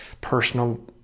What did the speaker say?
personal